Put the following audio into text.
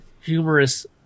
humorous